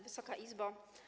Wysoka Izbo!